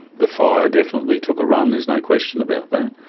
the fire definitely took a run, there's no question about that.